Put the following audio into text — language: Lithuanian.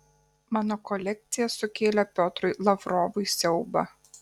mano kolekcija sukėlė piotrui lavrovui siaubą